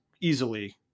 easily